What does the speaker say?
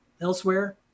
elsewhere